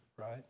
right